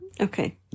Okay